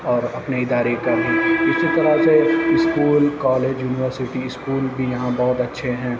اور اپنے اِدارے کا اِسی طرح سے اسکول کالج یونیورسٹی اسکول بھی یہاں بہت اچھے ہیں